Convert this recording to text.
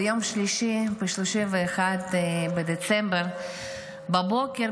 ביום שלישי 31 בדצמבר בבוקר,